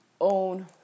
own